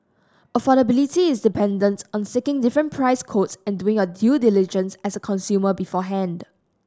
affordability is dependent on seeking different price quotes and doing your due diligence as a consumer beforehand